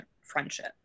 friendship